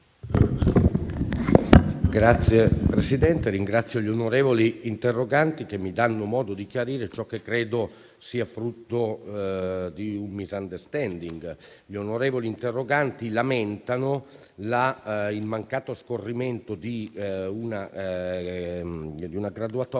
Signor Presidente, ringrazio gli onorevoli interroganti che mi danno modo di chiarire ciò che credo sia frutto di un *misunderstanding*. Gli onorevoli interroganti lamentano il mancato scorrimento di una graduatoria